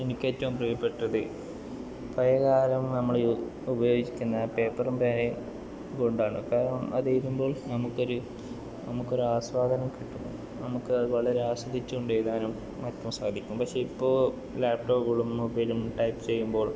എനിക്ക് ഏറ്റവും പ്രിയപ്പെട്ടത് പഴയകാലം നമ്മള് ഉപയോഗിക്കുന്ന പേപ്പറും പേനയും അപ്പോൾ അത് തീരുമ്പോൾ നമുക്ക് ഒരു നമുക്ക് ഒരു ആസ്വാദനം കിട്ടും അത് നമുക്ക് വളരെ ആസ്വദിച്ച് കൊണ്ട് എഴുതാനും ഒക്കെ സാധിക്കും പക്ഷെ ഇപ്പോൾ ലാപ്ടോപ്പുകളും മൊബൈലുകളും ടൈപ്പ് ചെയ്യുമ്പോൾ